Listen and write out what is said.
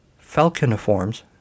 Falconiforms